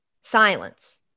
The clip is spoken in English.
silence